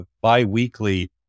bi-weekly